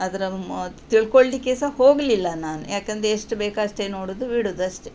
ಅದರ ತಿಳ್ಕೊಳ್ಳಲಿಕ್ಕೆ ಸಹ ಹೋಗಲಿಲ್ಲ ನಾನು ಏಕಂದ್ರೆ ಎಷ್ಟು ಬೇಕಷ್ಟೇ ನೋಡುವುದು ಬಿಡುದು ಅಷ್ಟೇ